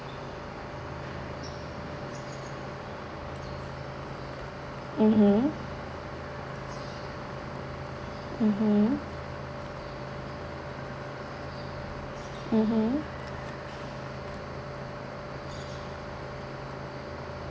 mmhmm mmhmm mmhmm